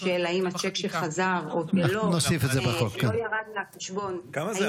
השאלה אשר עלינו לשאול היא לא מתי תסתיים המלחמה או הלחימה,